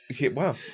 Wow